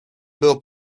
było